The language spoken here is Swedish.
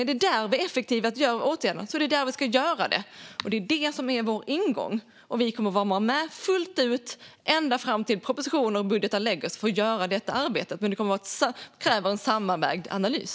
Är det där vi effektivast vidtar åtgärderna är det där vi ska vidta dem. Det är vår ingång. Och vi kommer att vara med fullt ut ända fram tills propositioner och budgetar läggs fram för att göra detta arbete, men det kräver en sammanvägd analys.